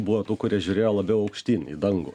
buvo tų kurie žiūrėjo labiau aukštyn į dangų